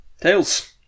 Tails